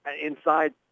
inside